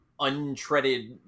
untreaded